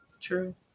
True